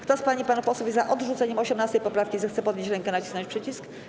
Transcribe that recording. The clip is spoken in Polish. Kto z pań i panów posłów jest za odrzuceniem 18. poprawki, zechce podnieść rękę i nacisnąć przycisk.